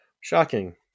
Shocking